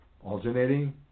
alternating